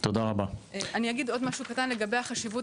אני אגיד עוד משהו קטן לגבי החשיבות